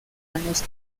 años